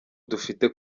dufite